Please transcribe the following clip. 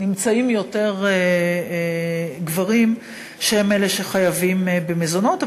יותר גברים שחייבים במזונות,